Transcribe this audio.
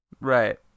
Right